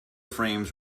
frames